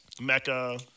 mecca